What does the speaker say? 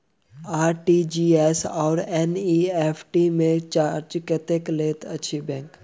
RTGS आओर NEFT मे charge कतेक लैत अछि बैंक?